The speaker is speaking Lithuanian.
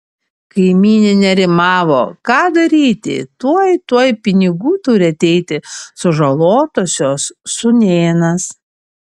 kaimynė nerimavo ką daryti tuoj tuoj pinigų turi ateiti sužalotosios sūnėnas